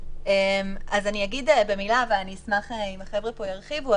אז אגיד במילה, ואשמח אם החבר'ה פה ירחיבו.